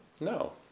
No